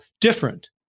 different